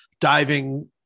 diving